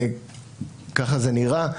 ככה זה נראה.